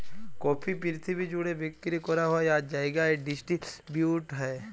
coffee পিরথিবি জ্যুড়ে বিক্কিরি ক্যরা হ্যয় আর জায়গায় ডিসটিরিবিউট হ্যয়